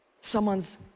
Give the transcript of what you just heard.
someone's